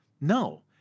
No